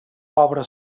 pobre